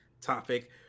topic